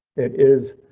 it is.